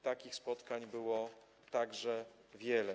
Takich spotkań było także wiele.